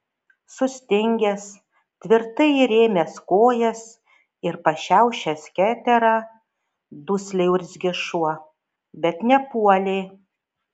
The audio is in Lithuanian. sustingęs tvirtai įrėmęs kojas ir pašiaušęs keterą dusliai urzgė šuo bet nepuolė